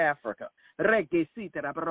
Africa